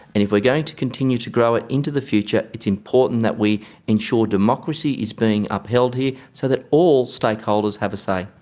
and if we are going to continue to grow it into the future, it's important that we ensure democracy is being upheld here so that all stakeholders have a say.